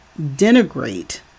denigrate